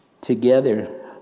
together